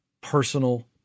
personal